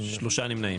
הצבעה בעד 4 נמנעים